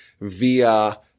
via